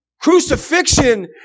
crucifixion